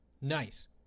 Nice